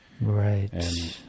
Right